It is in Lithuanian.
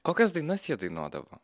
kokias dainas jie dainuodavo